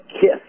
kiss